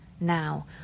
now